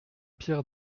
pierre